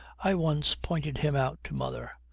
i once pointed him out to mother.